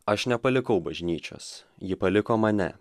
aš nepalikau bažnyčios ji paliko mane